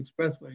Expressway